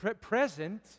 present